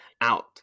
out